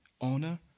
honor